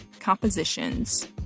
Compositions